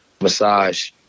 massage